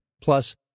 plus